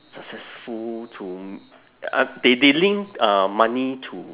successful to m~ uh they they link uh money to